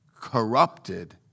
corrupted